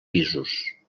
pisos